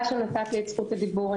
שנתת לי את זכות הדיבור.